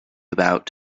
about